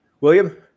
William